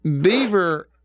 Beaver